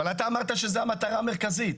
אבל אמרת שזו המטרה המרכזית.